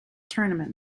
tournament